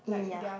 yeah